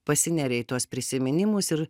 pasineria į tuos prisiminimus ir